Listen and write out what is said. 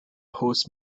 hosts